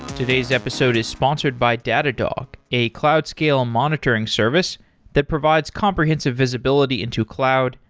today's episode is sponsored by datadog, a cloud scale monitoring service that provides comprehensive visibility into cloud,